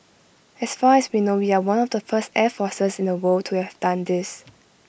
as far as we know we are one of the first air forces in the world to have done this